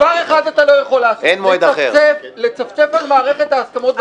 דבר אחד אתה לא יכול לעשות: לצפצף על מערכת ההסכמות בכנסת.